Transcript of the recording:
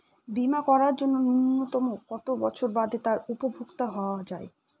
বীমা করার জন্য ন্যুনতম কত বছর বাদে তার উপভোক্তা হওয়া য়ায়?